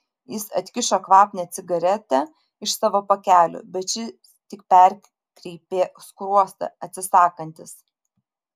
jis atkišo kvapnią cigaretę iš savo pakelio bet šis tik perkreipė skruostą atsisakantis